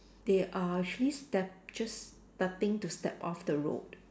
they are actually step~ just starting to step off the road